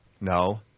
No